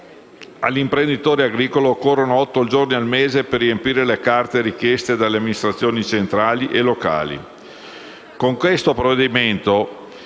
All'imprenditore agricolo occorrono otto giorni al mese per riempire le carte richieste dalle amministrazioni centrali e locali.